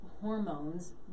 hormones